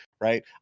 right